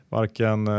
Varken